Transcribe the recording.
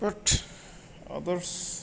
but others